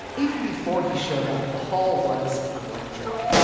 even before he showed up, the hall was electric.